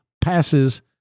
passes